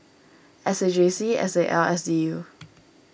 S A J C S A L S U